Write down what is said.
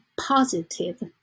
positive